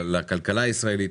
לכלכלה הישראלית,